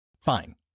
Fine